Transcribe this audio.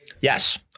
Yes